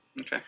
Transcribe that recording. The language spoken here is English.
Okay